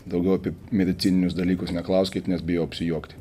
daugiau apie medicininius dalykus neklauskit nes bijau apsijuokti